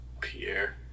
Pierre